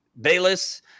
Bayless